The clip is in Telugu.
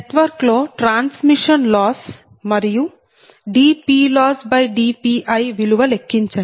నెట్వర్క్ లో ట్రాన్స్మిషన్ లాస్ మరియు dPLossdPi విలువ లెక్కించండి